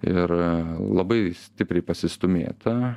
ir labai stipriai pasistūmėta